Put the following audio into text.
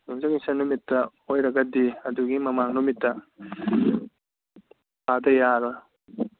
ꯌꯨꯝꯁꯥꯀꯩꯁꯥ ꯅꯨꯃꯤꯠꯇ ꯑꯣꯏꯔꯒꯗꯤ ꯑꯗꯨꯒꯤ ꯃꯃꯥꯡ ꯅꯨꯃꯤꯠꯇ ꯐꯥꯗ ꯌꯥꯔꯔꯣꯏ